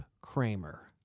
Kramer